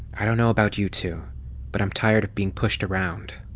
i don't know about you two but i'm tired of being pushed around.